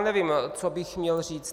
Nevím, co bych měl říct.